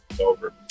over